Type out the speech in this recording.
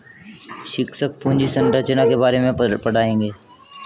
शिक्षक पूंजी संरचना के बारे में पढ़ाएंगे